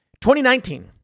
2019